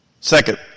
Second